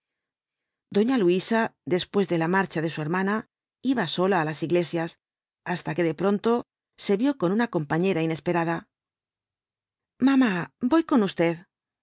doña luisa después de la marcha de su hermana iba sola á las iglesias hasta que de pronto se vio con una compañera inesperada mamá voy con usted era